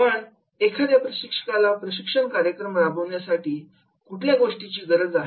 पण एखाद्या प्रशिक्षकाला प्रशिक्षण कार्यक्रम राबवण्यासाठी कुठल्या गोष्टींची गरज आहे